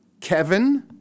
Kevin